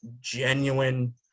genuine